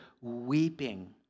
weeping